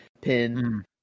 pin